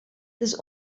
das